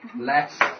Less